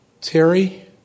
Terry